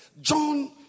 John